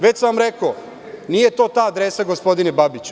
Već sam vam rekao, nije to ta adresa, gospodine Babiću.